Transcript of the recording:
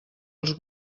els